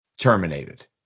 Terminated